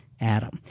Adam